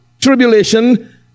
tribulation